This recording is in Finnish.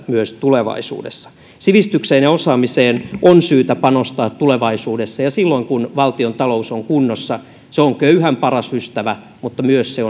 myös tulevaisuudessa sivistykseen ja osaamiseen on syytä panostaa tulevaisuudessa silloin kun valtiontalous on kunnossa se on köyhän paras ystävä mutta se